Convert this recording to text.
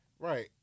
Right